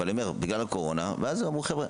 אבל אני אומר בגלל הקורונה, ואז הם אמרו: חבר'ה,